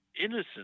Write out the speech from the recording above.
innocent